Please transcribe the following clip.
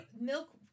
milk